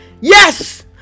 yes